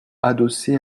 adossés